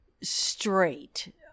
straight